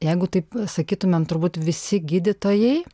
jeigu taip sakytumėm turbūt visi gydytojai